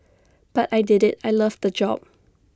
but I did IT I loved the job